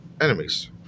enemies